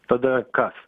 tada kas